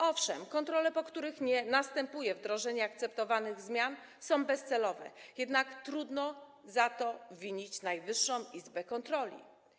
Owszem, kontrole, po których nie następuje wdrożenie akceptowanych zmian, są bezcelowe, jednak trudno za to winić Najwyższą Izbę Kontroli.